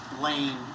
Lane